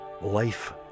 Life